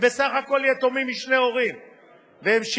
הם בסך הכול יתומים משני הורים,